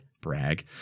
Brag